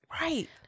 Right